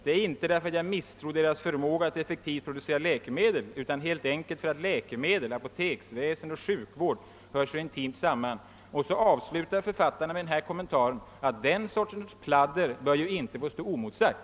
Det är icke för att jag misstror deras förmåga att effektivt producera läkemedel utan helt enkelt för att läkemedel, apoteksväsende och sjukvård hör så intimt samman”.» Så avslutar författarna noten med följande kommentar: »Den sortens pladder bör ju inte stå oemotsagt.»